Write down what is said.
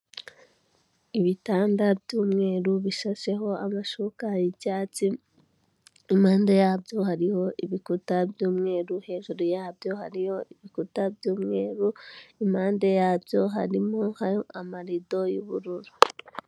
Ibitanda by'umweru bishasheho amashuka y'icyatsi, impande yabyo hariho ibikuta by'umweru, hejuru yabyo hariyo ibikuta by'umweru, impande yabyo harimo amarido y'ubururu.